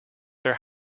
their